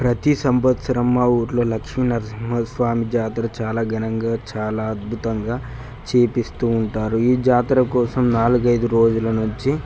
ప్రతీ సంవత్సరం మా ఊర్లో లక్ష్మీనరసింహ స్వామి జాతర చాలా ఘనంగా చాలా అద్భుతంగా చేయిస్తూ ఉంటారు ఈ జాతర కోసం నాలుగైదు రోజుల నుంచి